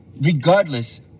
regardless